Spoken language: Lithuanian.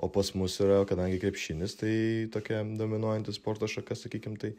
o pas mus yra kadangi krepšinis tai tokia dominuojanti sporto šaka sakykim taip